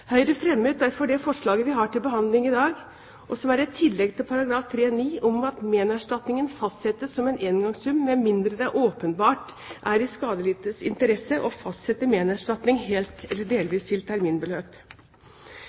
Høyre fremmet derfor det forslaget vi har til behandling i dag, og som er et tillegg til § 3-9: «Ménerstatning fastsettes som en engangssum, med mindre det åpenbart er i skadelidtes interesse å fastsette ménerstatning helt eller delvis til terminbeløp.»